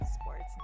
Sports